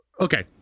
Okay